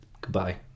goodbye